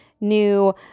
new